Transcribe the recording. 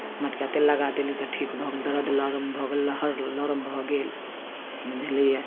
मटिया तेल लगा देली तऽ ठीक भऽ गेल दर्द लरम भऽ गेल लहर लरम भऽ गेल बुझलियै